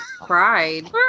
cried